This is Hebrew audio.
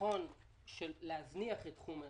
נכון להזניח את תחום הדיור.